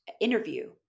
interview